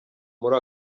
muri